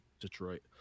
detroit